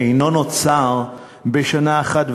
הרי חוסר בהיצע אינו נוצר בשנה אחת,